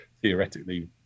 theoretically